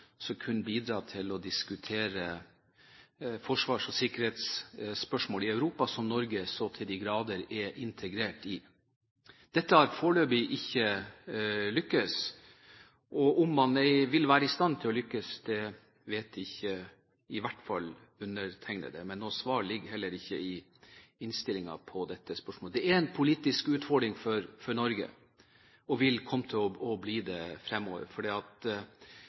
som kunne bidra til å diskutere forsvars- og sikkerhetsspørsmål i Europa, som Norge så til de grader er integrert i. Dette har foreløpig ikke lyktes, og om man vil være i stand til å lykkes, vet i hvert fall ikke undertegnede. Noe svar på dette spørsmålet ligger heller ikke i innstillingen. Det er en politisk utfordring for Norge, og vil også komme til å bli det fremover, for det er vel ikke så veldig mye som tyder på at